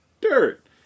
dirt